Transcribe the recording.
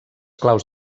claus